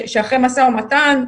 שאחרי משא ומתן,